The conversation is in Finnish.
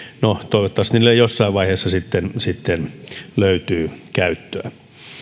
toivottavasti niille jossain vaiheessa sitten sitten löytyy käyttöä